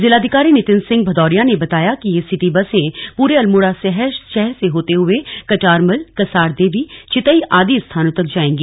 जिलाधिकारी नितिन सिंह भदौरिया ने बताया कि यह सिटी बसे पूरे अल्मोड़ा शहर से होते हुए कटारमल कसारदेवी चितई आदि स्थानों तक जायेंगी